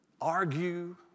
argue